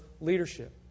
leadership